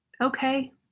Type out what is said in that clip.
Okay